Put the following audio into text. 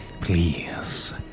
Please